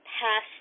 past